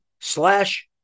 slash